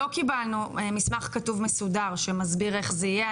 לא קיבלנו מסמך כתוב מסודר שמסביר איך זה יהיה.